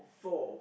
four